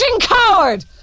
coward